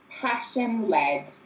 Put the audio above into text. passion-led